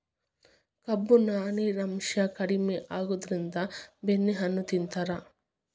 ಕೊಬ್ಬು, ನಾರಿನಾಂಶಾ ಕಡಿಮಿ ಆಗಿತ್ತಂದ್ರ ಬೆಣ್ಣೆಹಣ್ಣು ತಿಂತಾರ